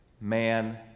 man